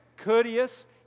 courteous